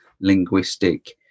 linguistic